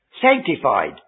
Sanctified